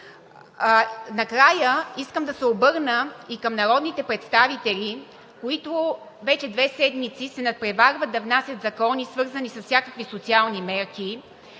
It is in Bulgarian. Накрая искам да се обърна и към народните представители, които вече две седмици се надпреварват да внасят закони, свързани с всякакви социални мерки,